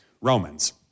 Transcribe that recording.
Romans